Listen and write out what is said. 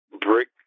brick